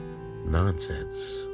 nonsense